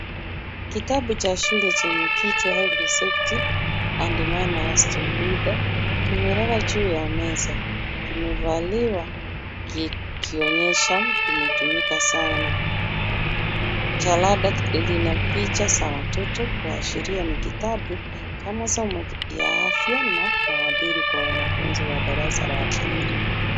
Kitabu cha shule chenye kichwa, safety and manners to reader , kimelala juu ya meza, kimevaliwa, kikionyesha kimetumika sana. Jalada lina picha za watoto kuashiria ni kitabu cha masomo ya afya na maadili kwa wanafunzi wa darasa la pili.